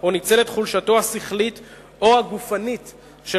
או ניצל את חולשתו השכלית או הגופנית של